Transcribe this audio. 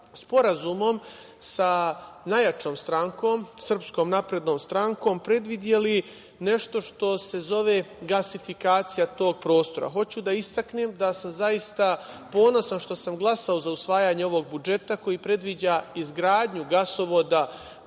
sporazumom sa najjačom strankom, SNS, predvideli nešto što se zove gasifikacija tog prostora. Hoću da istaknem da sam zaista ponosan što sam glasao za usvajanje ovog budžeta koji predviđa izgradnju gasovoda